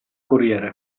corriere